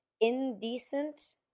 indecent